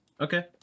Okay